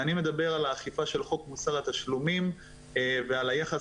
אני מדבר האכיפה של חוק מוסר התשלומים ועל היחס